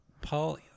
Paul